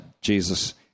Jesus